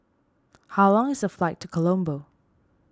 how long is the flight to Colombo